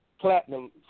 platinum